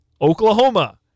Oklahoma